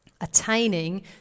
attaining